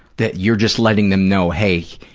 that you're just letting them know, hey,